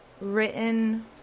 written